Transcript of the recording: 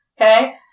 okay